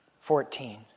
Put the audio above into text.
Fourteen